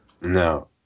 No